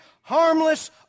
harmless